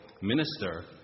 minister